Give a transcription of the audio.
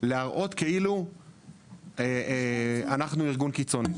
להראות כאילו אנחנו ארגון קיצון.